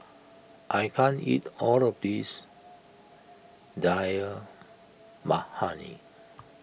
I can't eat all of this Dal Makhani